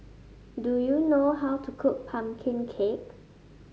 do you know how to cook pumpkin cake